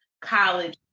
college